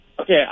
okay